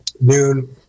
noon